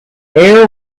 air